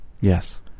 Yes